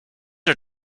are